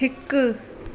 हिकु